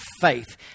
faith